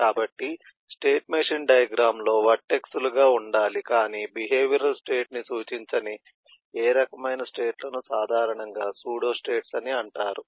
కాబట్టి state machine diagram లో vertex లుగా ఉండాలి కానీ బిహేవియరల్ స్టేట్ ని సూచించని ఈ రకమైన స్టేట్ లను సాధారణంగా సూడో స్టేట్స్ అంటారు